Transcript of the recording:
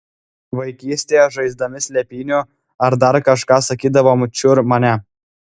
vaikystėje žaisdami slėpynių ar dar kažką sakydavom čiur mane